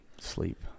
sleep